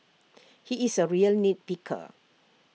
he is A real nit picker